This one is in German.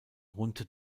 runde